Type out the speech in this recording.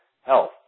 health